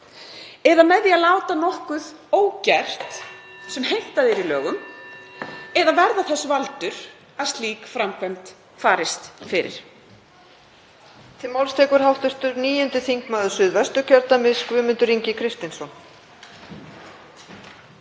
eða með því að láta nokkuð ógert sem heimtað er í lögum, eða verða þess valdur að slík framkvæmd farist fyrir.